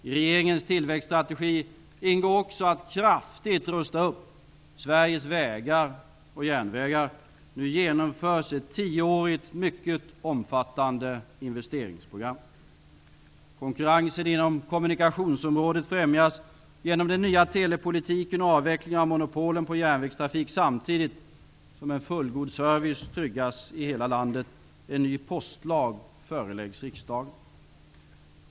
I regeringens tillväxtstrategi ingår att kraftigt rusta upp Sveriges vägar och järnvägar. Nu genomförs ett tioårigt och mycket omfattande investeringsprogram. Konkurrensen inom kommunikationsområdet främjas genom den nya telepolitiken och avvecklingen av monopolen på järnvägstrafik samtidigt som en fullgod service tryggas i hela landet. En ny postlag föreläggs riksdagen.